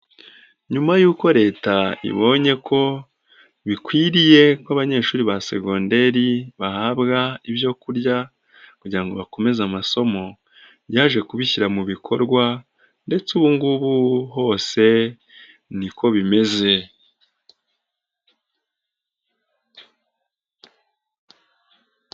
Nyuma yuko Leta ibonye ko bikwiriye ko abanyeshuri ba segonderi bahabwa ibyo kurya kugira ngo bakomeze amasomo, yaje kubishyira mu bikorwa ndetse ubu ngubu hose ni ko bimeze.